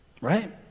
Right